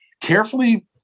carefully